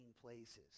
places